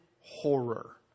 horror